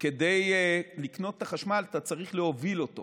כדי לקנות את החשמל אתה צריך להוביל אותו